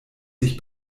sich